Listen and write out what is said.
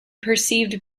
perceived